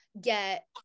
get